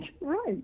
right